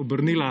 obrnila